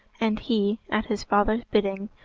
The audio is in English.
and he, at his father's bidding,